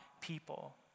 people